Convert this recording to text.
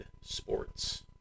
sports